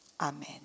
amen